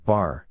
Bar